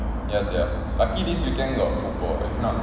ya sia lucky this weekend got football if not